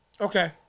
Okay